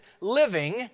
living